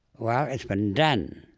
well, it's been done.